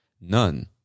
none